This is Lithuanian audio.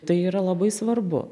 tai yra labai svarbu